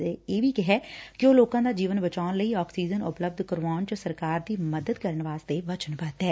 ਅਤੇ ਇਹ ਵੀ ਕਿਹੈ ਕਿ ਉਹ ਲੋਕਾਂ ਦਾ ਜੀਵਨ ਬਚਾਉਣ ਲਈ ਆਕਸੀਜਨ ਉਪਲਬੱਧ ਕਰਾਉਣ ਚ ਸਰਕਾਰ ਦੀ ਮਦਦ ਕਰਨ ਵਾਸਤੇ ਵਚਨਬੱਧ ਐ